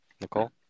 Nicole